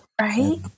right